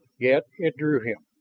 yet it drew him.